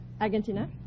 Argentina